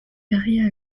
perriers